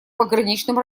пограничным